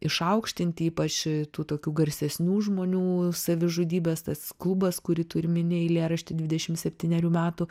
išaukštinti ypač tų tokių garsesnių žmonių savižudybes tas klubas kurį tu ir mini eilėrašty dvidešimt septynerių metų